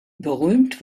berühmt